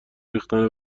ریختن